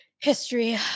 history